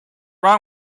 wrong